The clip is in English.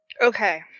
Okay